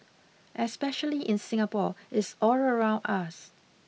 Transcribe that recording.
especially in Singapore it's all around us